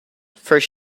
first